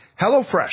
hellofresh